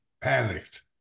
panicked